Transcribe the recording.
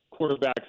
quarterbacks